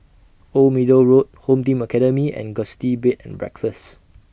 Old Middle Road Home Team Academy and Gusti Bed and Breakfast